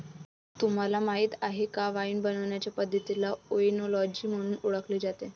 तुम्हाला माहीत आहे का वाइन बनवण्याचे पद्धतीला ओएनोलॉजी म्हणून ओळखले जाते